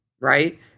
right